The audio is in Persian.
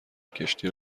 کشتی